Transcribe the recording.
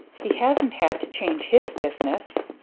he hasn't had to change his business!